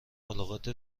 ملاقات